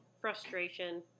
frustration